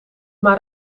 maar